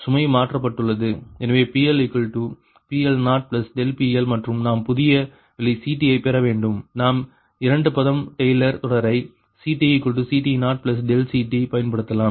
எனவே PLPL0PLமற்றும் நாம் புதிய விலை CT ஐ பெற வேண்டும் நாம் இரண்டு பதம் டெய்லர் தொடரைப் CTCT0CT பயன்படுத்தலாம்